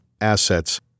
assets